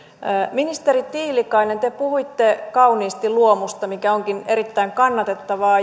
ministeri tiilikainen te puhuitte kauniisti luomusta mikä onkin erittäin kannatettavaa